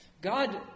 god